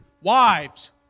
wives